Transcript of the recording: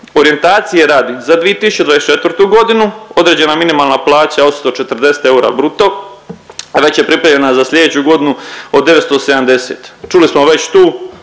Orijentacije radi, za 2024. godinu određena minimalna plaća 840 eura bruto, a već je pripremljena za slijedeću godinu od 970. Čuli smo već tu